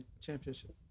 championship